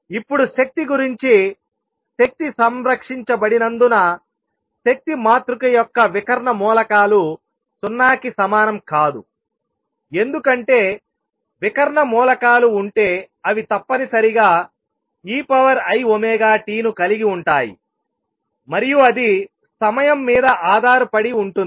ఇప్పుడు శక్తి గురించిశక్తి సంరక్షించబడినందున శక్తి మాతృక యొక్క వికర్ణ మూలకాలు 0 కి సమానం కాదు ఎందుకంటే వికర్ణ మూలకాలు ఉంటే అవి తప్పనిసరిగా eiωt ను కలిగి ఉంటాయి మరియు అది సమయం మీద ఆధారపడి ఉంటుంది